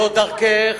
זו דרכך.